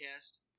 podcast